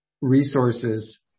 resources